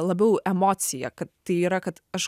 labiau emocija kad tai yra kad aš